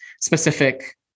specific